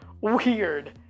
weird